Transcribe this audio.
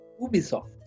Ubisoft